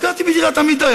אז גרתי בדירת עמידר,